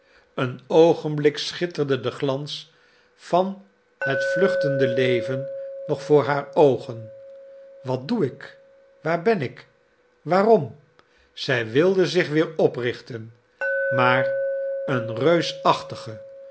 een oogenblik schitterde de glans van het vluchtende leven nog voor haar oogen wat doe ik waar ben ik waarom zij wilde zich weer oprichten maar een reusachtige